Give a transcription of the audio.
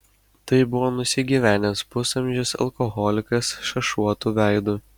tai buvo nusigyvenęs pusamžis alkoholikas šašuotu veidu